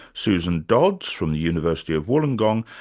susan dodds from the university of wollongong,